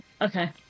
Okay